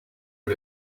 but